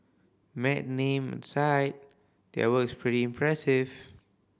mad name aside their work is pretty impressive